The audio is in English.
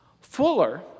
Fuller